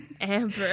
Amber